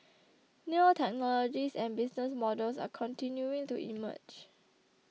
new technologies and business models are continuing to emerge